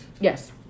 Yes